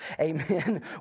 amen